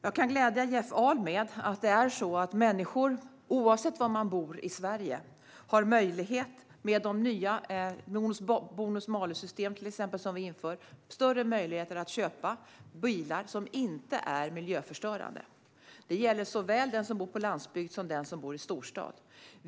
Jag kan glädja Jeff Ahl med att människor, oavsett var de bor i Sverige, får större möjlighet att köpa bilar som inte är miljöförstörande genom det bonus-malus-system vi inför. Det gäller såväl den som bor på landsbygd som den som bor i storstad.